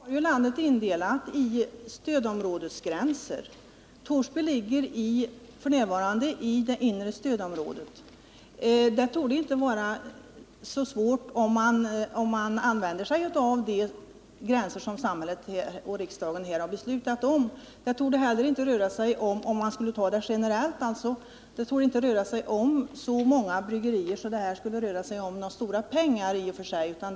Herr talman! Vi har ju landet indelat i stödområden. Torsby ligger f. n. i det inre stödområdet. Det torde inte vara så svårt, om man använder sig av de gränser som riksdagen har beslutat om. Generellt torde det inte heller röra sig om så många bryggerier att det skulle behöva bli fråga om så mycket pengar.